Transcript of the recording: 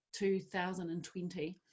2020